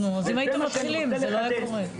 אז אם הייתם מתחילים, זה לא היה קורה.